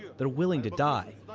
they're willing to die